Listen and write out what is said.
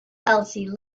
elsie